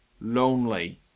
Lonely